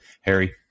Harry